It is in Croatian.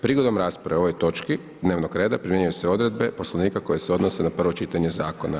Prigodom rasprave o ovoj točki dnevnog reda primjenjuju se odredbe Poslovnika koje se odnose na prvo čitanje zakona.